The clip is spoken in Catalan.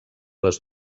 les